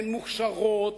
הן מוכשרות,